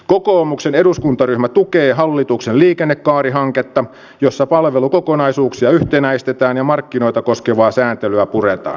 kokoomuksen eduskuntaryhmä tukee hallituksen liikennekaarihanketta jossa palvelukokonaisuuksia yhtenäistetään ja markkinoita koskevaa sääntelyä puretaan